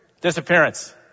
Disappearance